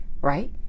right